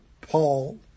Paul